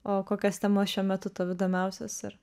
o kokios temos šiuo metu tau įdomiausios ir